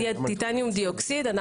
טיטניום דיאוקסיד.